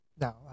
no